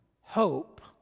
hope